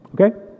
Okay